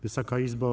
Wysoka Izbo!